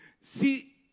See